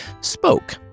spoke